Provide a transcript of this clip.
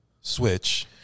Switch